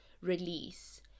release